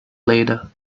later